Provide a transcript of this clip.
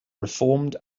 reformed